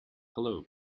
hello